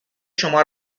شما